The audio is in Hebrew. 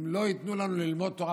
אם לא ייתנו לנו ללמוד תורה,